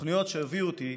תוכניות שהביאו אותי